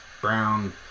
Brown